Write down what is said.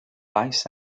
vice